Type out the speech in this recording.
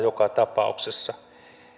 joka tapauksessa